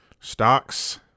Stocks